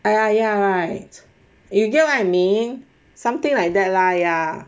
I ya ya right you get what I mean something like that lah ya